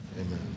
Amen